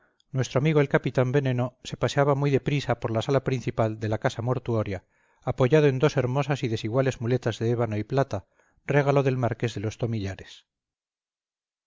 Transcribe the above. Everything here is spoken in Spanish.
nuestro amigo el capitán veneno se paseaba muy de prisa por la sala principal de la casa mortuoria apoyado en dos hermosas y desiguales muletas de ébano y plata regalo del marqués de los tomillares